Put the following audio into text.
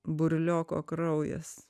burlioko kraujas